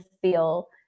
feel